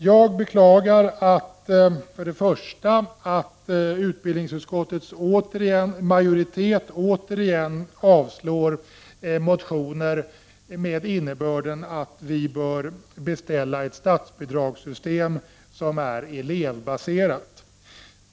Jag beklagar för det första att utbildningsutskottets majoritet återigen avstyrker motioner med innebörden att riksdagen från regeringen bör beställa ett statsbidragssystem som är elevbaserat.